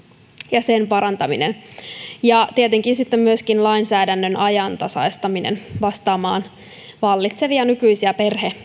ja sen parantaminen ja tietenkin sitten myöskin lainsäädännön ajantasaistaminen vastaamaan vallitsevia nykyisiä